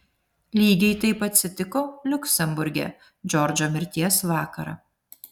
lygiai taip atsitiko liuksemburge džordžo mirties vakarą